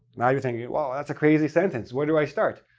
now you're thinking well, that's a crazy sentence. where do i start?